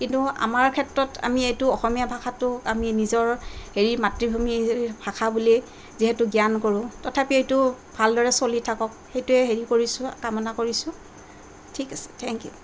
কিন্তু আমাৰ ক্ষেত্ৰত আমি এইটো অসমীয়া ভাষাটো আমি নিজৰ হেৰি মাতৃভূমিৰ ভাষা বুলি যিহেতু জ্ঞান কৰোঁ তথাপি এইটো ভালদৰে চলি থাকক সেইটোৱে হেৰি কৰিছোঁ কামনা কৰিছোঁ ঠিক আছে থ্যেংক ইউ